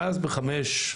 ואז ב-5:00,